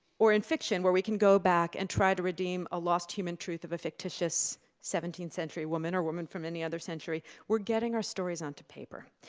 or in fiction where we can go back and try to redeem a lost human truth of a fictitious seventeenth century woman, or woman from any other century, we're getting our stories onto paper.